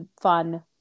fun